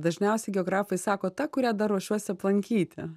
dažniausiai geografai sako ta kurią dar ruošiuosi aplankyti